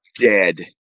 dead